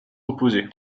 opposé